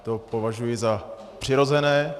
To považuji za přirozené.